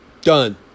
done